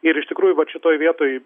ir iš tikrųjų vat šitoj vietoj